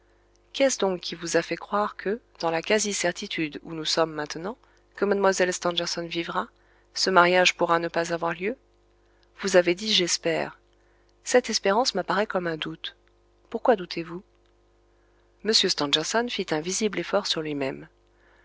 qu'est-ce donc qui vous a fait croire que dans la quasi certitude où nous sommes maintenant que mlle stangerson vivra ce mariage pourra ne pas avoir lieu vous avez dit j'espère cette espérance m'apparaît comme un doute pourquoi doutez-vous m stangerson fit un visible effort sur lui-même